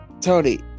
Tony